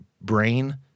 Brain